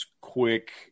quick